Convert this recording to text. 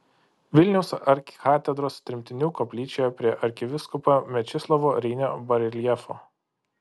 vilniaus arkikatedros tremtinių koplyčioje prie arkivyskupo mečislovo reinio bareljefo